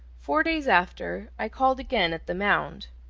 four days after, i called again at the mound.